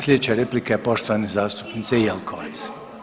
Slijedeća replika je poštovane zastupnice Jelkovac.